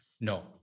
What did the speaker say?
No